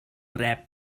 rep